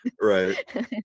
right